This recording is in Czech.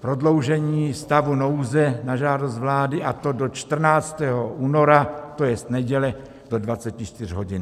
prodloužení stavu nouze na žádost vlády, a to do 14. února, to jest neděle, do 24 hodin.